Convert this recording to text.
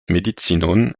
medicinon